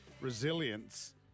Resilience